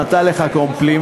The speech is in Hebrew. נתן לך קומפלימנט,